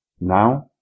Now